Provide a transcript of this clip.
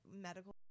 medical